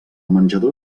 menjador